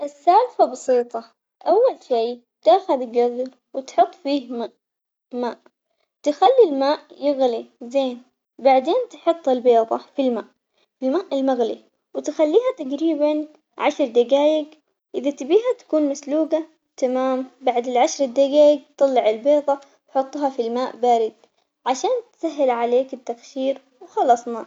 السالفة بسيطة، أول شي تأخذ قدر وتحط فيه مي ماء، تخلي الماء يغلي زين بعدين تحط البيض في الماء، الماء المغلي وتخليها تقريباً عشر دقايق إذا تبيها تكون مسلوقة تمام بعد العشر دقايق طلع البيضة حطها في الماء بارد، عشان تسهل عليك التقشير وخلصنا.